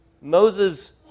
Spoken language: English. Moses